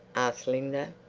asked linda.